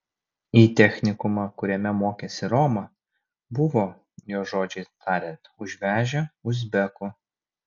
į technikumą kuriame mokėsi roma buvo jos žodžiais tariant užvežę uzbekų